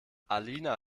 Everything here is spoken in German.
alina